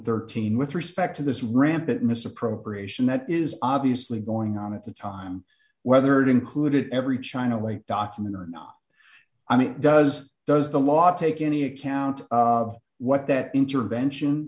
thirteen with respect to this rampant misappropriation that is obviously going on at the time whether it included every china only document or not i mean does does the law take any account what that intervention